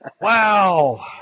Wow